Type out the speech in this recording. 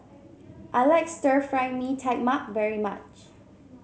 I like Stir Fry Mee Tai Mak very much